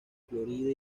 florida